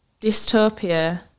dystopia